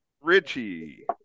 Richie